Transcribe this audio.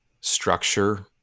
structure